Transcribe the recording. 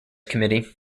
committee